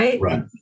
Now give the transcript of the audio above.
Right